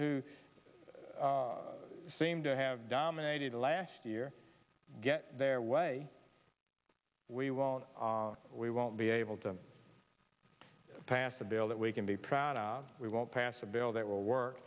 who seem to have dominated the last year get their way we won't we won't be able to pass a bill that we can be proud of we won't pass a bill that will work